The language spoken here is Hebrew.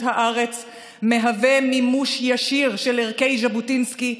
הארץ מהווה מימוש ישיר של ערכי ז'בוטינסקי,